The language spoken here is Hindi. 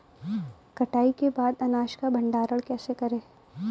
कटाई के बाद अनाज का भंडारण कैसे करें?